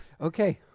Okay